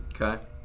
Okay